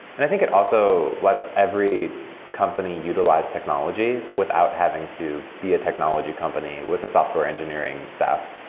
i think it also lets every company utilize technology without having to be a technology company with a software engineering staff.